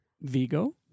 Vigo